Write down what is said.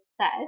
says